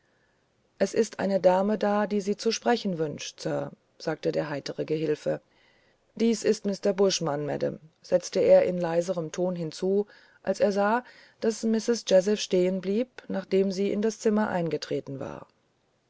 es ist eine dame da die sie zu sprechen wünscht sir sagte der heitere gehilfe dies ist mr buschmann madame setzte er in leiserem tone hinzu als er sah daß mistreßjazephstehenblieb nachdemsieindaszimmereingetretenwar wollen sie